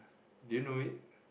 do you know it